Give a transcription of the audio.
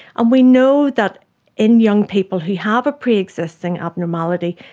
and we know that in young people who have a pre-existing abnormality,